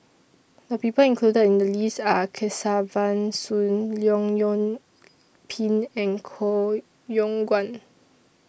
The People included in The list Are Kesavan Soon Leong Yoon Pin and Koh Yong Guan